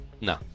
No